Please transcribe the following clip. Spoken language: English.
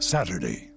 Saturday